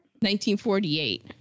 1948